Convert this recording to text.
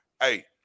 hey